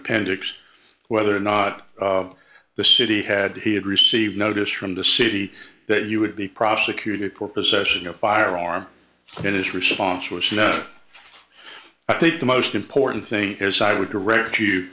appendix whether or not the city had he had received notice from the city that he would be prosecuted for possession of a firearm and his response was no i think the most important thing is i would direct you